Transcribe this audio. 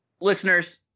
listeners